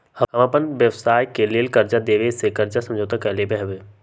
हम अप्पन व्यवसाय के लेल कर्जा देबे से कर्जा समझौता कलियइ हबे